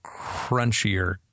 crunchier